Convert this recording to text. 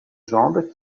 jambe